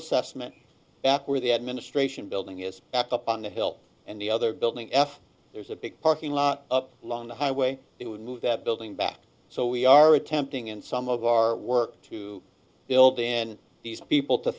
assessment back where the administration building is back up on the hill and the other building f there's a big parking lot up along the highway they would move that building back so we are attempting in some of our work to build in these people to